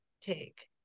take